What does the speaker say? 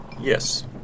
Yes